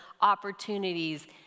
opportunities